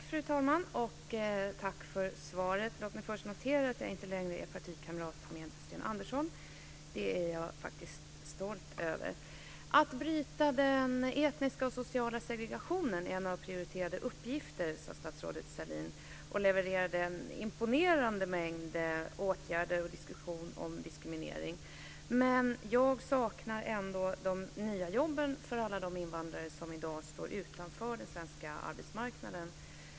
Fru talman! Tack för svaret. Låt mig först notera att jag inte längre är partikamrat med Sten Andersson. Det är jag faktiskt stolt över. Att bryta den etniska och sociala segregationen är en av de prioriterade uppgifterna, sade statsrådet Sahlin, och levererade en imponerande mängd åtgärder mot diskriminering. Men jag saknar ändå de nya jobben för alla de invandrare som i dag står utanför den svenska arbetsmarknaden.